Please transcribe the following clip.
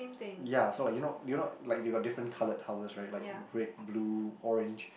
ya so like you know you know like they got coloured houses right like red blue orange